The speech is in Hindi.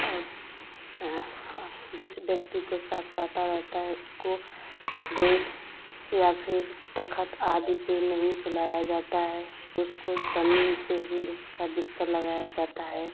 और और जिस व्यक्ति को सांप काटा रहता है उसको बेड या फिर तख़्त आदि पर नहीं सुलाया जाता है उसको जमीन पर ही उसका बिस्तर लगाया जाता है